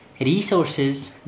resources